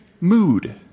mood